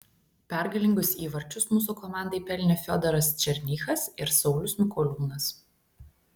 pergalingus įvarčius mūsų komandai pelnė fiodoras černychas ir saulius mikoliūnas